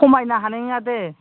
खमायनो हानाय नङा दे